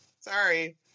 Sorry